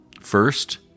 First